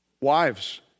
wives